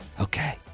Okay